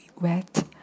wet